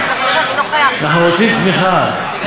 אנחנו רוצים צמיחה, הם